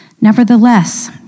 Nevertheless